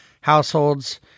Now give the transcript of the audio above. households